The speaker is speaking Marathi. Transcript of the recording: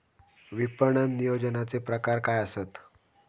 विपणन नियोजनाचे प्रकार काय आसत?